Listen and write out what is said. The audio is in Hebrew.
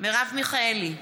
מרב מיכאלי,